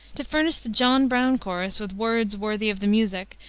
to furnish the john brown chorus with words worthy of the music,